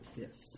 Yes